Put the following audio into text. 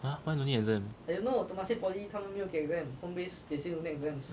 !huh! why don't need exam